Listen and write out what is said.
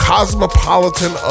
Cosmopolitan